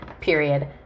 Period